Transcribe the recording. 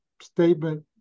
statement